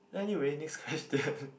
anyway next question